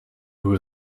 who